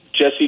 Jesse